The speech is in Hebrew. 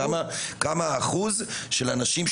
כמה האחוז של האנשים,